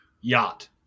Yacht